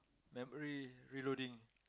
memory reloading